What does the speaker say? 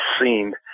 seen